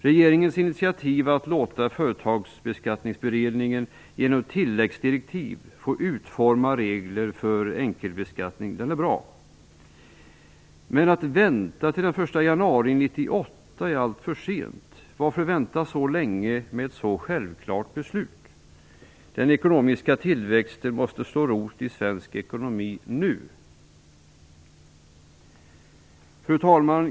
Regeringens initiativ att låta Företagsbeskattningsberedningen genom tilläggsdirektiv få utforma regler för enkelbeskattning är bra. Men att vänta till den 1 januari 1998 är alltför länge. Varför vänta så länge med ett så självklart beslut. Den ekonomiska tillväxten måste slå rot i svensk ekonomi nu. Fru talman!